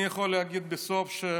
אני יכול להגיד בסוף שבאמת,